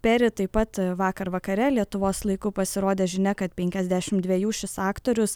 peri taip pat vakar vakare lietuvos laiku pasirodė žinia kad penkiasdešim dviejų šis aktorius